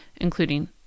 including